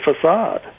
facade